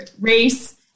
race